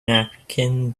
napkin